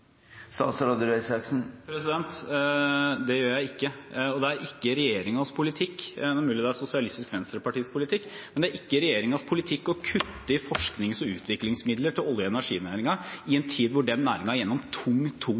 Det gjør jeg ikke, og det er ikke regjeringens politikk – det er mulig det er Sosialistisk Venstrepartis politikk – å kutte i forsknings- og utviklingsmidler til olje- og energinæringen i en tid da den næringen går gjennom